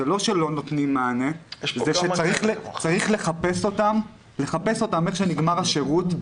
זה לא שלא נותנים מענה אלא צריך לחפש אותם מייד כשנגמר השירות,